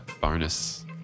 bonus